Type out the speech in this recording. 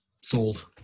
Sold